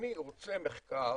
אני רוצה מחקר